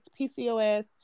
PCOS